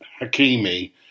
Hakimi